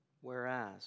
Whereas